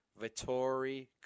Vittori